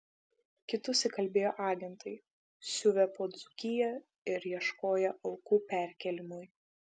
kitus įkalbėjo agentai siuvę po dzūkiją ir ieškoję aukų perkėlimui